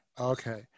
okay